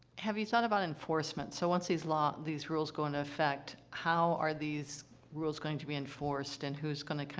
have you thought about enforcement? so, once these law these rules go into effect, how are these rules going to be enforced, and who's going to, kind